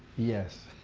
yes.